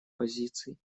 позиций